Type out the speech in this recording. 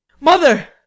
Mother